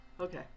Okay